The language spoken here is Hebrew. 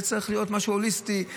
זה צריך להיות משהו הוליסטי.